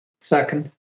Second